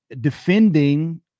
defending